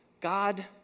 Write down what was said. God